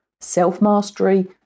self-mastery